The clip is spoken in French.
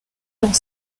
dans